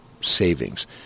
savings